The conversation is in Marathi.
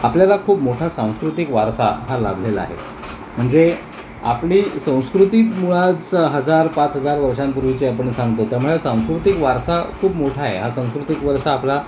आपल्याला खूप मोठा सांस्कृतिक वारसा हा लाभलेला आहे म्हणजे आपली संस्कृती मुळच हजार पाच हजार वर्षांपूर्वीचे आपण सांगतो त्यामुळे सांस्कृतिक वारसा खूप मोठा आहे हा सांस्कृतिक वारसा आपला